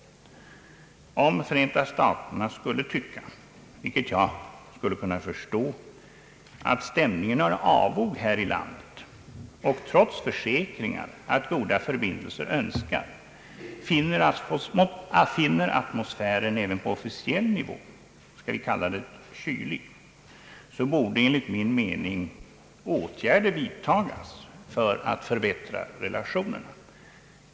Om Förenta staterna skulle tycka — vilket jag skulle kunna förstå — att stämningen är avog här i landet, och trots försäkringar om att goda förbindelser önskas, finner atmosfären även på officiell nivå skall vi kalla det kylig, borde enligt min mening åtgärder vidtagas för att förbättra relationerna.